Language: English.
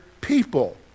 people